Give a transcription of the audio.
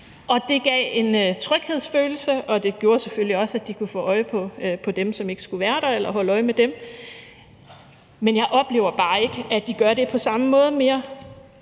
og det gav en tryghedsfølelse, og det gjorde selvfølgelig også, at de kunne få øje på dem, som ikke skulle være der, eller holde øje med dem. Men jeg oplever bare ikke, at de gør det på samme måde mere.